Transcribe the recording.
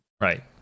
Right